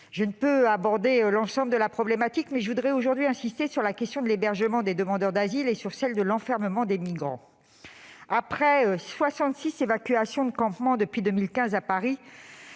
Je ne peux aborder l'ensemble de la problématique, mais je voudrais aujourd'hui insister sur la question de l'hébergement des demandeurs d'asile et sur celle de l'enfermement des migrants. Après 66 évacuations de campements depuis 2015 à Paris,